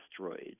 asteroids